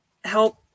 help